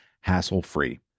hassle-free